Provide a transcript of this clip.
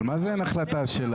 אבל מה זה אין החלטה שלה?